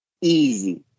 easy